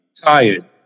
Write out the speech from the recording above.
Tired